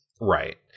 Right